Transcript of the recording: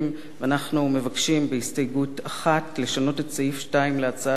ואנחנו מבקשים בהסתייגות לשנות את סעיף 2 להצעת החוק,